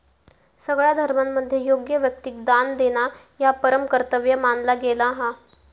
सगळ्या धर्मांमध्ये योग्य व्यक्तिक दान देणा ह्या परम कर्तव्य मानला गेला हा